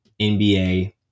NBA